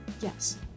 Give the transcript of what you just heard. yes